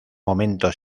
momento